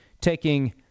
taking